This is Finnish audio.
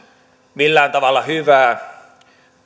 millään tavalla hyvää